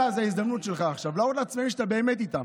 עוד עונה לנו.